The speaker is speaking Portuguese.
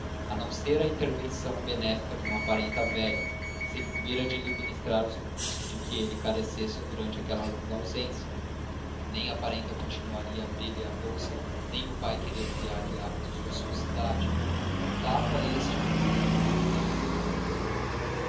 a não ser a intervenção benéfica de uma parenta velha que se incumbira de lhe ministrar os recursos de que ele carecesse durante aquela longa ausência nem a parenta continuaria a abrir-lhe a bolsa nem o pai queria criar lhe hábitos de ociosidade tratava este portanto de obter lhe um emprego público